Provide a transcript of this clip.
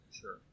Sure